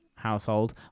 household